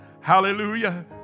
Hallelujah